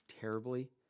terribly